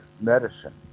medicine